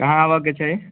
कहाँ आबऽ के छै